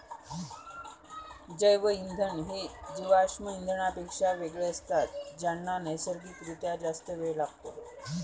जैवइंधन हे जीवाश्म इंधनांपेक्षा वेगळे असतात ज्यांना नैसर्गिक रित्या जास्त वेळ लागतो